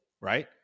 right